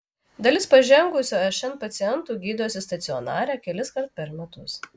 dalis pažengusio šn pacientų gydosi stacionare keliskart per metus